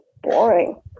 boring